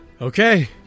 Okay